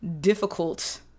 difficult